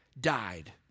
died